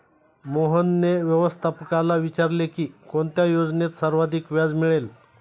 मोहनने व्यवस्थापकाला विचारले की कोणत्या योजनेत सर्वाधिक व्याज मिळेल?